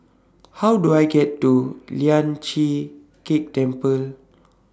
How Do I get to Lian Chee Kek Temple